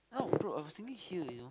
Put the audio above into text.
oh bro I was thinking here you know